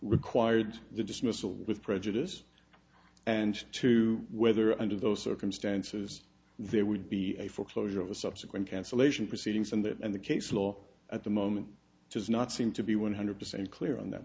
required the dismissal with prejudice and to whether under those circumstances there would be a foreclosure of a subsequent cancellation proceedings and that and the case law at the moment does not seem to be one hundred percent clear on that